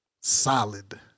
solid